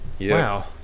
Wow